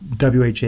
WHA